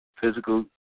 physical